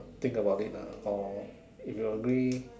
think about it lah or if you agree